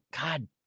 God